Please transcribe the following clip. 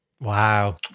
Wow